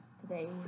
today